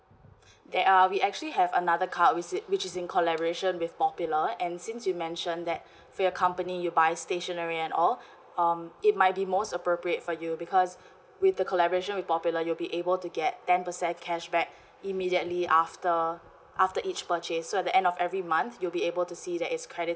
there are we actually have another card which is which is in collaboration with popular and since you mentioned that for your company you buy stationary and all um it might be most appropriate for you because with the collaboration with popular you'll be able to get ten percent cashback immediately after after each purchase so at the end of every month you'll be able to see that is credited